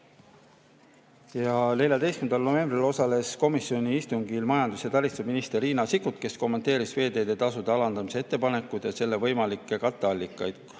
novembril. 14. novembril osales komisjoni istungil majandus- ja taristuminister Riina Sikkut, kes kommenteeris veeteede tasude alandamise ettepanekut ja selle võimalikke katteallikaid.